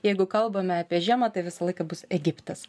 jeigu kalbame apie žiemą tai visą laiką bus egiptas